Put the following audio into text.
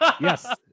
yes